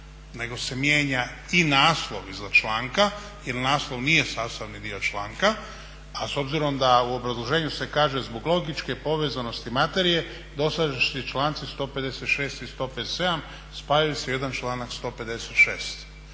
nego se mijenja i naslov iznad članka, jer naslov nije sastavni dio članka, a s obzirom da u obrazloženju se kaže zbog logičke povezanosti materije dosadašnji članci 156. i 157. spajaju se u jedan članak 156.